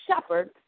shepherd